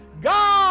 god